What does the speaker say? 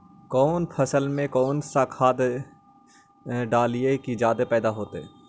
कौन फसल मे कौन सा खाध डलियय जे की पैदा जादे होतय?